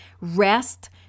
rest